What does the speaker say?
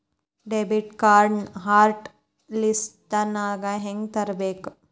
debit ಕಾರ್ಡ್ನ hot ಲಿಸ್ಟ್ನಿಂದ ಹೆಂಗ ತೆಗಿಬೇಕ